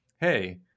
hey